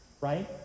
right